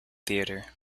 theatre